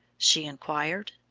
she inquired.